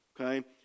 okay